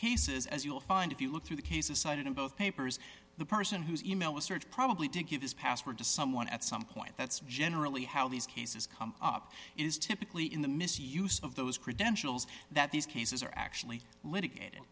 cases as you'll find if you look through the cases cited in both papers the person whose e mail was searched probably didn't give his password to someone at some point that's generally how these cases come up is typically in the misuse of those credentials that these cases are actually litigated